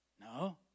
No